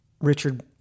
Richard